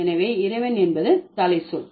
எனவே இறைவன் என்பது தலை சொல்